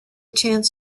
chance